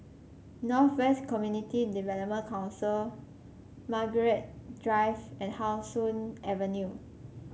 North West Community Development Council Margaret Drive and How Sun Avenue